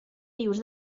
dius